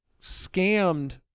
scammed